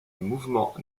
mouvement